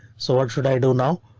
so what should i do now?